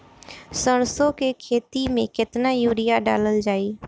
सरसों के खेती में केतना यूरिया डालल जाई?